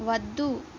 వద్దు